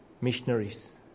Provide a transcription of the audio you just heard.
missionaries